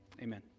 Amen